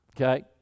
okay